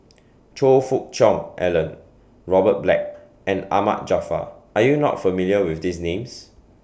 Choe Fook Cheong Alan Robert Black and Ahmad Jaafar Are YOU not familiar with These Names